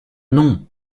non